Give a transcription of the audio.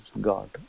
God